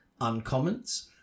uncommons